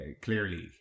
clearly